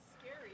Scary